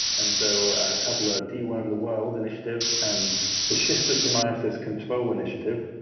and so a couple are deworm the world initiative and the schistosomiasis control initiative,